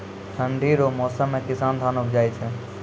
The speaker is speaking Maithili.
ठंढी रो मौसम मे किसान धान उपजाय छै